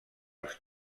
els